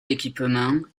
équipements